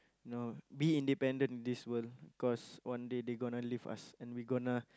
no be independent in this world cause one day they gonna leave us and we gonna